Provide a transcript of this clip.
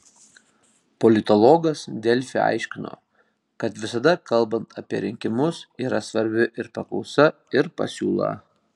politologas delfi aiškino kad visada kalbant apie rinkimus yra svarbi ir paklausa ir pasiūla